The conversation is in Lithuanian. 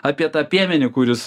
apie tą piemenį kuris